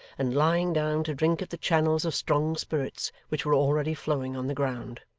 and lying down to drink at the channels of strong spirits which were already flowing on the ground.